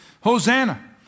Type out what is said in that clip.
Hosanna